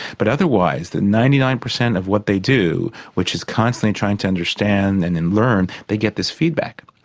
but otherwise the ninety nine percent of what they do, which is constantly trying to understand and then learn, they get this feedback.